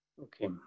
Okay